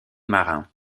marins